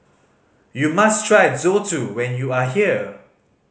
you must try Zosui when you are here